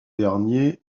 dernier